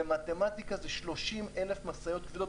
שזה 30,000 משאיות כבדות,